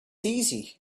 easy